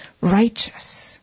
righteous